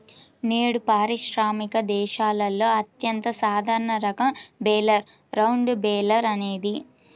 నేడు పారిశ్రామిక దేశాలలో అత్యంత సాధారణ రకం బేలర్ రౌండ్ బేలర్ అనేది